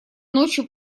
ночью